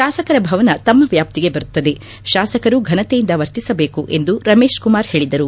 ಶಾಸಕರ ಭವನ ತಮ್ಮ ವ್ಲಾಪ್ತಿಗೆ ಬರುತ್ತದೆ ತಾಸಕರು ಫನತೆಯಿಂದ ವರ್ತಿಸಬೇಕು ಎಂದು ರಮೇಶ್ ಕುಮಾರ್ ಹೇಳಿದರು